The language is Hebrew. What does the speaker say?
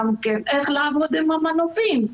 איך לעבוד עם המנופים,